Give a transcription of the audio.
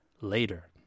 later